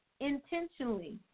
intentionally